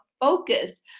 focus